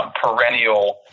perennial